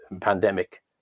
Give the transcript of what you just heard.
pandemic